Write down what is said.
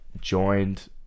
joined